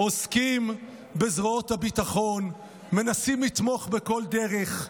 עוסקים בזרועות הביטחון, מנסים לתמוך בכל דרך.